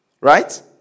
right